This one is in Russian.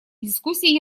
дискуссии